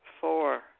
Four